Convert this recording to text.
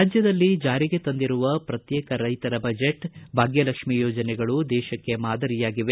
ರಾಜ್ಜದಲ್ಲಿ ಜಾರಿಗೆ ತಂದಿರುವ ಶ್ರತ್ಯೇಕ ರೈತರ ಬಜೆಟ್ ಭಾಗ್ವಲಕ್ಷ್ಮೀ ಯೋಜನೆಗಳು ದೇಶಕ್ಷ್ಮೀ ಮಾದರಿಯಾಗಿವೆ